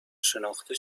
شناخته